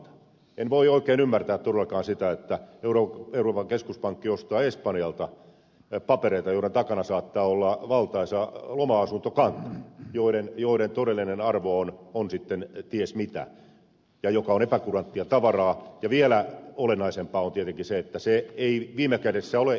en voi oikein ymmärtää todellakaan sitä että euroopan keskuspankki ostaa espanjalta papereita joiden takana saattaa olla valtaisa loma asuntokanta joiden todellinen arvo on sitten ties mitä ja jotka ovat epäkuranttia tavaraa ja vielä olennaisempaa on tietenkin se että se ei viime kädessä ole ekpn tehtävä